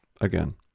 again